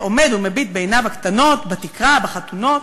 עומד ומביט בעיניו הקטנות בתקרה, בחלונות.